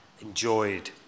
enjoyed